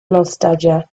nostalgia